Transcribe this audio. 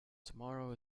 tomorrow